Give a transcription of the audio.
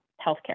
healthcare